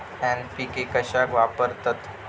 NPK कशाक वापरतत?